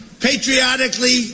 patriotically